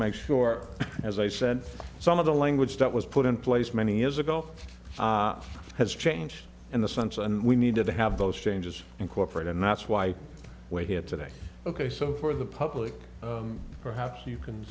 make sure as i said some of the language that was put in place many years ago has changed in the sense and we need to have those changes and cooperate and that's why we're here today ok so for the public perhaps you can